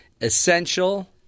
essential